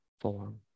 form